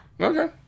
Okay